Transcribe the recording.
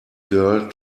girl